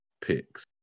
picks